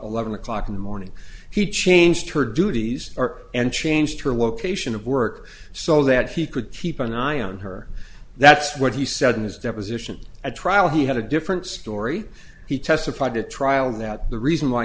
eleven o'clock in the morning he changed her duties are and changed her location of work so that he could keep an eye on her that's what he said in his deposition at trial he had a different story he testified at trial that the reason why